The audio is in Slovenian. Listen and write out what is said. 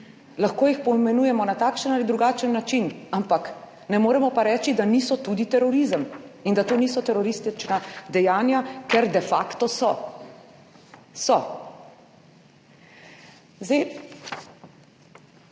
lahko jih poimenujemo na takšen ali drugačen način, ampak ne moremo pa reči, da niso tudi terorizem, in da to niso teroristična dejanja, ker « de facto« so. So. Zdaj,